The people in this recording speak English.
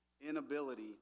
inability